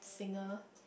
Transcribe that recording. singer